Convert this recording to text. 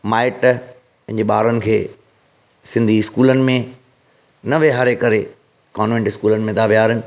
माइट पंहिंजे ॿारनि खे सिंधी इस्कूलनि में न वेहारे करे कॉन्वेंट इस्कूलनि में था वेहारनि